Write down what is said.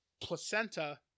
placenta